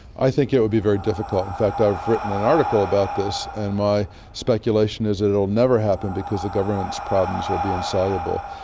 i think it will be very difficult, in fact i've written an article about this, and my speculation is it it will never happen because the governance problems will be insoluble.